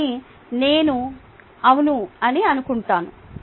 కాబట్టి నేను అవును అని అనుకుంటున్నాను